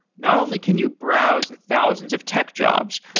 not only can you browse thousands of tech jobs,